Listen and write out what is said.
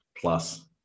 plus